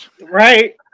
Right